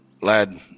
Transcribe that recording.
Lad